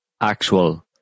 actual